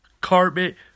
carpet